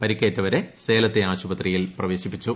പരിക്കേറ്റവരെ സേലത്തെ ആശുപത്രിയിൽ പ്രവേശിപ്പിച്ചു